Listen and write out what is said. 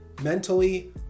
mentally